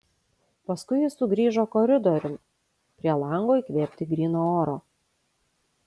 paskui jis sugrįžo koridoriun prie lango įkvėpti gryno oro